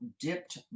dipped